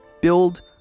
Build